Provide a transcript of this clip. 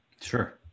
Sure